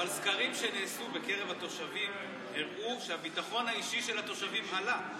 אבל סקרים שנעשו בקרב התושבים הראו שהביטחון האישי של התושבים עלה.